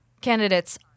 Candidates